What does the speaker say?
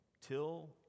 till